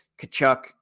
Kachuk